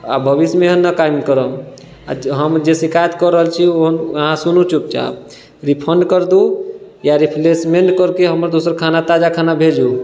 आओर भविष्यमे एहन नहि काम करब हम जे शिकायत कऽ रहल छी ओ अहाँ सुनू चुप चाप रिफंड कर दू या रिप्लेसमेंट करके हमरा दोसर खाना ताजा खाना भेजू